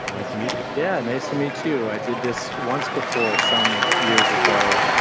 nice to meet you yeah, nice to meet you. i did this once before, some years ago,